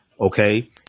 Okay